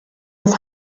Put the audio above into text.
his